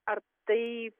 ar tai